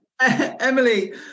emily